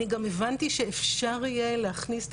אני גם הבנתי שאפשר יהיה להכניס את